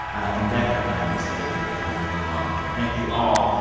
and becca, i'm excited for your father's new lung. thank you all.